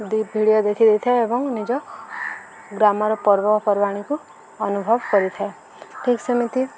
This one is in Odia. ଭିଡ଼ିଓ ଦେଖିଦେଇଥାଏ ଏବଂ ନିଜ ଗ୍ରାମର ପର୍ବପର୍ବାଣୀକୁ ଅନୁଭବ କରିଥାଏ ଠିକ୍ ସେମିତି